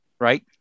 right